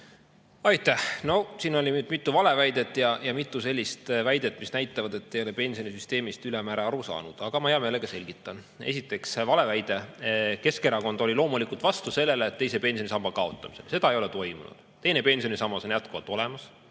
Aitäh! No siin oli nüüd mitu valeväidet ja mitu sellist väidet, mis näitavad, et te ei ole pensionisüsteemist ülemäära [hästi] aru saanud. Aga ma hea meelega selgitan. Esimene valeväide. Keskerakond oli loomulikult vastu teise pensionisamba kaotamisele ja seda ei olegi toimunud. Teine pensionisammas on jätkuvalt olemas,